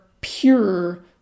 pure